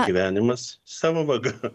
gyvenimas savo vaga